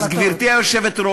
אז, גברתי היושבת-ראש,